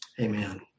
Amen